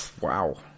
Wow